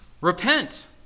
Repent